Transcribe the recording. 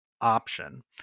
option